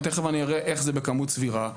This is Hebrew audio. ותכף אני אראה איך זה בכמות סבירה.